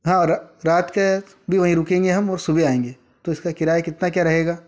हाँ और रात के भी वहीं रुकेंगे हम और सुबह आएंगे तो इसका किराया कितना क्या रहेगा